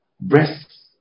breasts